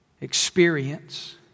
experience